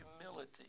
humility